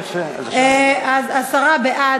עשרה בעד,